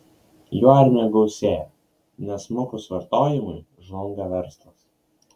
jų armija gausėja nes smukus vartojimui žlunga verslas